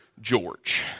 George